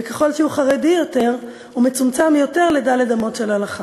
וככל שהוא חרדי יותר הוא מצומצם יותר לד' אמות של הלכה.